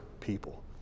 people